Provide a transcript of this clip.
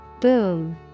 Boom